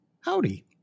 Howdy